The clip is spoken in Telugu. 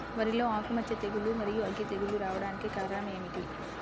వరిలో ఆకుమచ్చ తెగులు, మరియు అగ్గి తెగులు రావడానికి కారణం ఏమిటి?